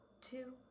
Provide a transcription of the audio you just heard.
two